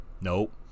nope